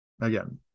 again